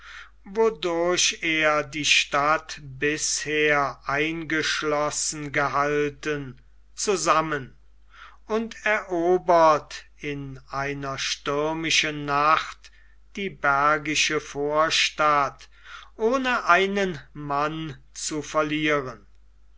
wodurch er die stadt bisher eingeschlossen gehalten zusammen und erobert in einer stürmischen nacht die bergische vorstadt ohne einen mann zu verlieren